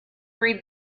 read